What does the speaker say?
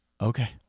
Okay